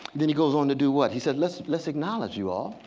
then he goes on to do what. he said let's let's acknowledge you all,